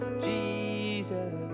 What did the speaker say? Jesus